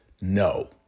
no